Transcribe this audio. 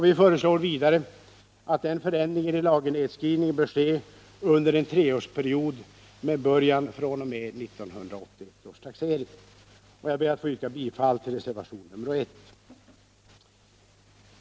Vi föreslår vidare att den förändringen i lagernedskrivningen bör ske under en treårsperiod med början fr.o.m. 1981 års taxering. Jag ber att få yrka bifall till reservation nr 1.